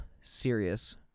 serious